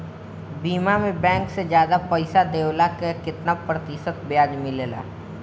बीमा में बैंक से ज्यादा पइसा देवेला का कितना प्रतिशत ब्याज मिलेला?